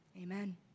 Amen